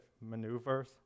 maneuvers